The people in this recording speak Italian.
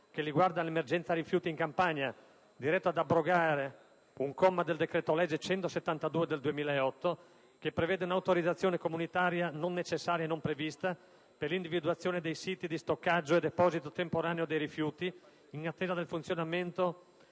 che riguarda l'emergenza rifiuti in Campania, diretto ad abrogare un comma del decreto-legge n. 172 del 2008 che prevede un'autorizzazione comunitaria, non necessaria e non prevista, per l'individuazione dei siti di stoccaggio e deposito temporaneo dei rifiuti, in attesa del funzionamento